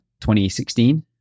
2016